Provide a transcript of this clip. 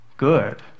good